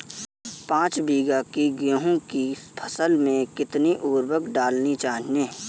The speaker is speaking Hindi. पाँच बीघा की गेहूँ की फसल में कितनी उर्वरक डालनी चाहिए?